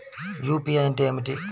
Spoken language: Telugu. యూ.పీ.ఐ అంటే ఏమిటీ?